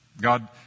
God